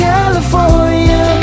California